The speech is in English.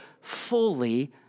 fully